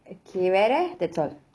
okay வேற:vera that's all